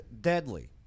deadly